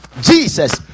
Jesus